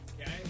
Okay